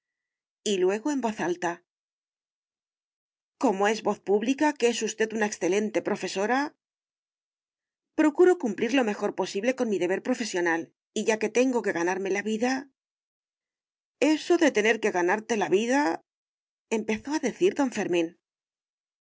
y luego en voz alta como es voz pública que es usted una excelente profesora procuro cumplir lo mejor posible con mi deber profesional y ya que tengo que ganarme la vida eso de tener que ganarte la vida empezó a decir don fermín